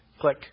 Click